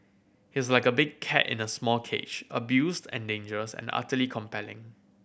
he's like a big cat in a small cage abused and dangerous and utterly compelling